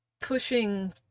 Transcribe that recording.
pushing